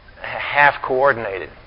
half-coordinated